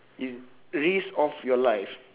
risk of your life